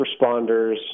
responders